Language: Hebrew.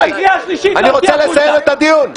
אני רוצה לסיים את הדיון.